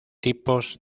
tipos